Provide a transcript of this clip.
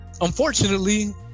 unfortunately